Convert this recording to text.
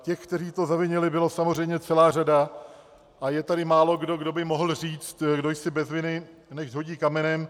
Těch, kteří to zavinili, byla samozřejmě celá řada a je tady málokdo, kdo by mohl říct: kdo jsi bez viny, nechť hodí kamenem.